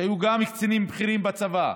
שהיו גם קצינים בכירים בצבא.